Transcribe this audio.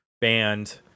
band